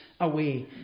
away